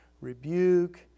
rebuke